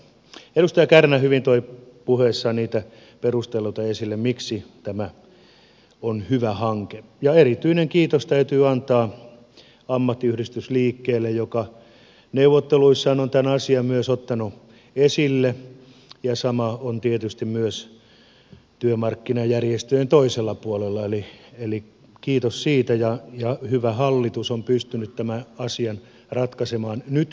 edustaja kärnä hyvin toi puheessaan niitä perusteluita esille miksi tämä on hyvä hanke ja erityinen kiitos täytyy antaa ammattiyhdistysliikkeelle joka neuvotteluissaan on tämän asian myös ottanut esille ja sama on tietysti myös työmarkkinajärjestöjen toisella puolella eli kiitos siitä ja hyvä hallitus on pystynyt tämän asian ratkaisemaan nyt oikeinpäin